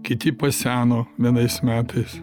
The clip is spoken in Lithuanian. kiti paseno vienais metais